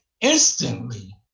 instantly